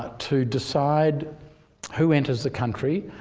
ah to decide who enters the country,